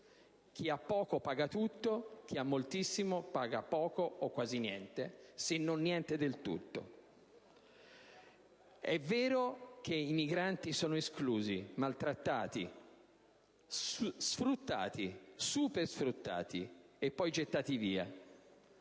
chi ha poco paga tutto e chi ha moltissimo paga poco o quasi niente, se non niente del tutto. È vero che i migranti sono esclusi, maltrattati, sfruttati o supersfruttati e poi gettati via.